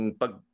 pag